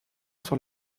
sur